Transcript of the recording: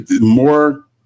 more